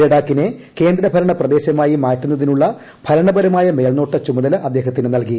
ലഡാക്കിനെ കേന്ദ്രഭരണ് പ്രദേശമായി മാറ്റുന്നതിനു്ളള ഭരണപരമായ മേൽനോട്ട ചുമതല് അദ്ദേഹത്തിന് നൽകി